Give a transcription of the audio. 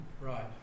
Right